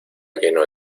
lleno